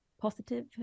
positive